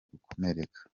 gukomereka